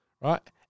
right